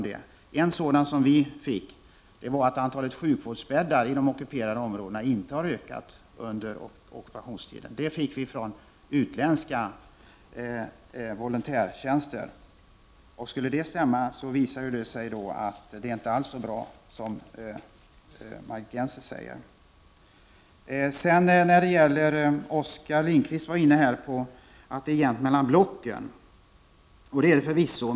Den information som vi fick var t.ex. att antalet sjukvårdsbäddar i de ockuperade områdena inte har ökat under ockupationstiden. Den informationen fick vi från utländska volontärer. Skulle det överensstämma med verkligheten, kan det inte alls vara så bra som Margit Gennser säger. Oskar Lindkvist sade att det var jämnt mellan blocken. Så är det förvisso.